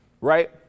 Right